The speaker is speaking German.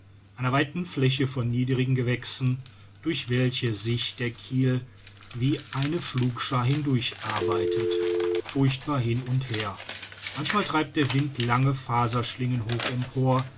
einer weiten fläche von niederen gewächsen durch welche sich der kiel wie eine pflugschaar hindurch arbeitet furchtbar hin und her manchmal treibt der wind lange faserschlingen hoch empor